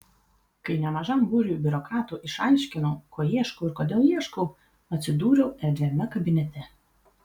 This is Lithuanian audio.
kai nemažam būriui biurokratų išaiškinau ko ieškau ir kodėl ieškau atsidūriau erdviame kabinete